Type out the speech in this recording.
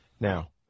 Now